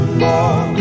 more